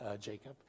Jacob